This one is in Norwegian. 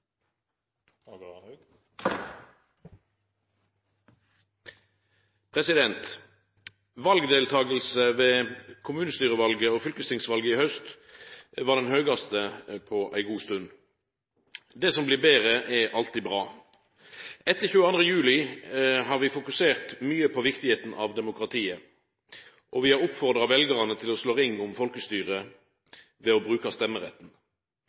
velgerne. Valdeltakinga ved kommunestyrevalet og fylkestingsvalet i haust var den høgaste på ei god stund. Det som blir betre, er alltid bra. Etter 22. juli har vi fokusert mykje på kor viktig eit demokrati er, og vi har oppfordra veljarane til å slå ring om folkestyret ved å bruka stemmeretten.